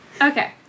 Okay